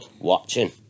watching